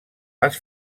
les